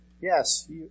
Yes